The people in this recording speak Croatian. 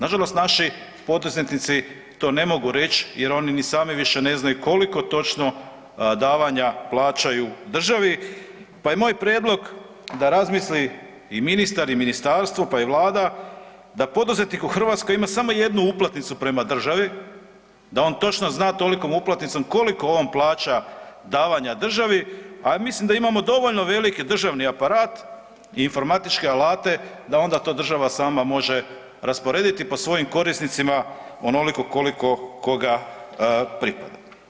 Nažalost naši poduzetnici to ne mogu reći jer oni ni sami više ne znaju koliko točno davanja plaćaju državi, pa i moj prijedlog da razmisli i ministar i ministarstvo pa i Vlada, da poduzetnik u Hrvatskoj ima samo jednu uplatnicu prema državi, da on točno zna tolikom uplatnicom koliko on plaća davanja državi, a mislim da imamo dovoljno velik državni aparat i informatičke alate da onda to država sama može rasporediti po svojim korisnicima onoliko koliko koga pripada.